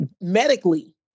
Medically